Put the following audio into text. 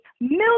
million